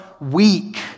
weak